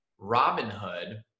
Robinhood